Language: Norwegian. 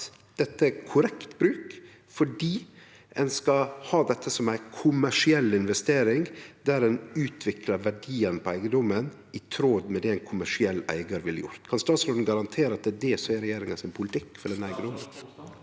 at dette er korrekt bruk fordi ein skal ha dette som ei kommersiell investering der ein utviklar verdiane på eigedomen i tråd med det ein kommersiell eigar ville gjort. Kan statsråden garantere at det er det som er politikken til regjeringa?